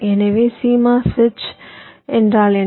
எனவே CMOS சுவிட்ச் என்றால் என்ன